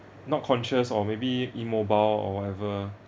not conscious or maybe immobile or whatever